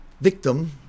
Victim